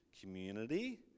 community